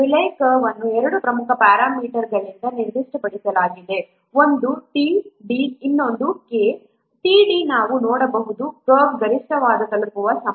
Rayleigh curve ಅನ್ನು ಎರಡು ಪ್ರಮುಖ ಪ್ಯಾರಾಮೀಟರ್ಗಳಿಂದ ನಿರ್ದಿಷ್ಟಪಡಿಸಲಾಗಿದೆ ಒಂದು t d ಇನ್ನೊಂದು K t d ನಾವು ನೋಡಬಹುದಾದ ಕರ್ವ್ ಗರಿಷ್ಠವನ್ನು ತಲುಪುವ ಸಮಯ